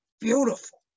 beautiful